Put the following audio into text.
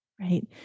Right